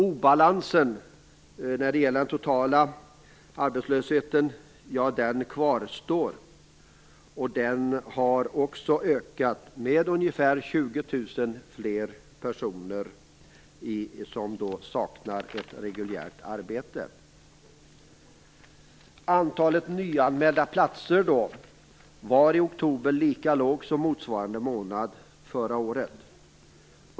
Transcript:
Obalansen när det gäller den totala arbetslösheten kvarstår, och den har också ökat på så vis att det nu är ungefär 20 000 fler som saknar ett reguljärt arbete. Antalet nyanmälda platser var i oktober lika lågt som motsvarande månad förra året.